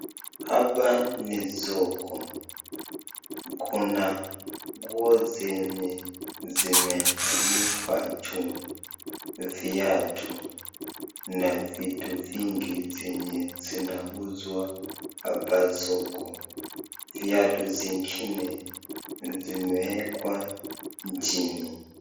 Hapa ni soko, kuna nguo zenye zimeanikwa juu, viatu na vitu vingi zenye zinauzwa hapa soko, viatu zingine vimewekwa chini.